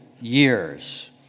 years